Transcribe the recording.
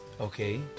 Okay